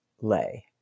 lay